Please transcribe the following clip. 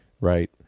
right